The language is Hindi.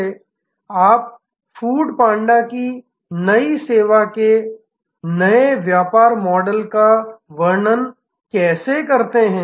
आप फूड पांडा की नई सेवा के नए व्यापार मॉडल का वर्णन कैसे करते हैं